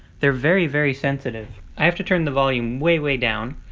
they're very very sensitive. i have to turn the volume way way down,